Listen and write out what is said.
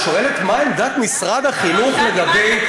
את שואלת מה עמדת משרד החינוך לגבי,